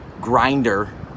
Grinder